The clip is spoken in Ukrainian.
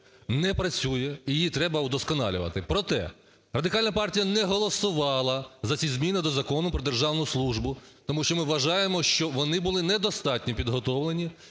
не працює, і її треба вдосконалювати. Проте Радикальна партія не голосувала за ці зміни до Закону про державну службу, тому що ми вважаємо, що вони були недостатньо підготовлені.